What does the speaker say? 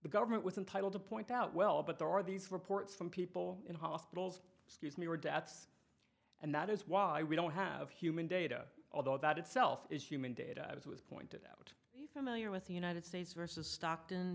the government was entitled to point out well but there are these reports from people in hospitals excuse me were deaths and that is why we don't have human data although that itself is human data as was pointed out the familiar with the united states versus stockton